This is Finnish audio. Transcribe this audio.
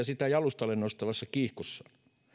sitä jalustalle nostavassa kiihkossa